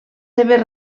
seves